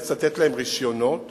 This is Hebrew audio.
ניאלץ לתת להם רשיונות